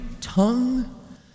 tongue